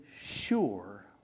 sure